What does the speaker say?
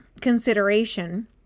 consideration